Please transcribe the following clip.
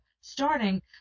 starting